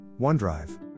OneDrive